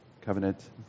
covenant